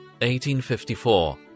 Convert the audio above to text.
1854